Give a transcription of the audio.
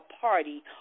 party